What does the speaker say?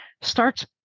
starts